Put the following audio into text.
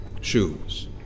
Shoes